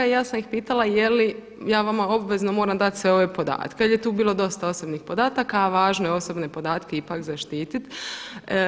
I ja sam ih pitala je li ja vama obvezno moram dati sve ove podatke, jer je tu bilo dosta osobnih podataka, a važno je osobne podatke ipak zaštititi.